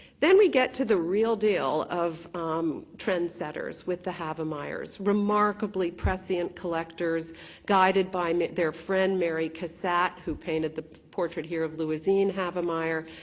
then we get to the real deal of trendsetters with the havemeyers. remarkably prescient collectors guided by their friend mary cassatt who painted the portrait here of louisine havemeyer.